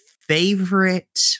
favorite